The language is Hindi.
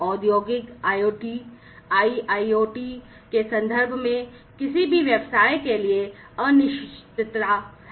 औद्योगिक IoT IIoT संदर्भ में किसी भी व्यवसाय के लिए अनिश्चितता है